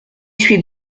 suis